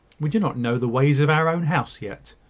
we do not know the ways of our own house yet.